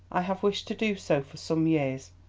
i have wished to do so for some years,